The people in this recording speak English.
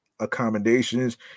accommodations